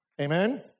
Amen